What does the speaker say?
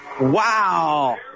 Wow